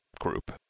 group